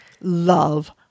love